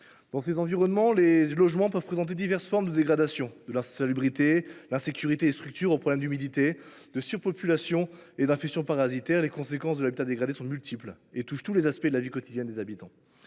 Dans ces environnements, les logements peuvent présenter diverses formes de dégradation, qui vont de l’insalubrité et de l’insécurité des structures aux problèmes d’humidité, de surpopulation et d’infestations parasitaires. Les multiples conséquences de l’habitat dégradé touchent tous les aspects de la vie quotidienne des habitants.